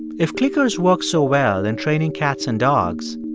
if clickers work so well in training cats and dogs,